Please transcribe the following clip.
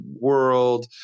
world